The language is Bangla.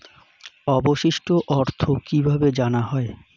অবশিষ্ট অর্থ কিভাবে জানা হয়?